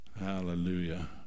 Hallelujah